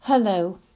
Hello